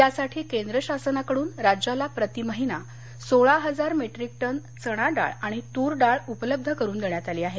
यासाठी केंद्र शासनाकडून राज्याला प्रती महिना सोळा हजार मेट्रिक टन चणाडाळ आणि तुरडाळ उपलब्ध करून देण्यात आली आहे